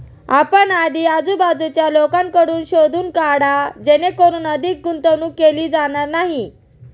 आपण आधी आजूबाजूच्या लोकांकडून शोधून काढा जेणेकरून अधिक गुंतवणूक केली जाणार नाही